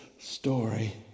story